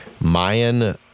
Mayan